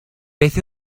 beth